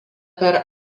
per